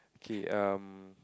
okay um